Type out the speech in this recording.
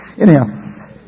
Anyhow